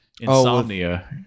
Insomnia